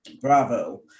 bravo